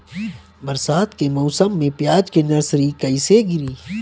बरसात के मौसम में प्याज के नर्सरी कैसे गिरी?